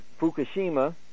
Fukushima